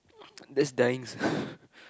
that's dying